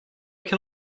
can